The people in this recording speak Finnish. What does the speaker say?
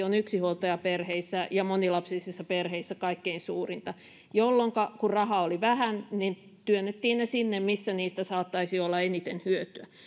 on yksinhuoltajaperheissä ja monilapsisissa perheissä tilastollisesti kaikkein suurinta jolloinka kun rahaa oli vähän ne työnnettiin sinne missä niistä saattaisi olla eniten hyötyä